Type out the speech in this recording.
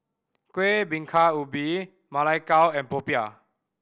Kueh Bingka Ubi Ma Lai Gao and popiah